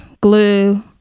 Glue